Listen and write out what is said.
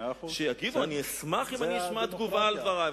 אני אשמח אם אשמע תגובה על דברי.